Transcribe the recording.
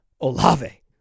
Olave